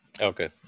Okay